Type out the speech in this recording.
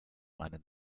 meinen